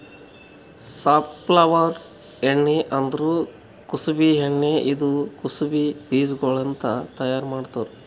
safflower ಎಣ್ಣಿ ಅಂದುರ್ ಕುಸುಬಿ ಎಣ್ಣಿ ಇದು ಕುಸುಬಿ ಬೀಜಗೊಳ್ಲಿಂತ್ ತೈಯಾರ್ ಮಾಡ್ತಾರ್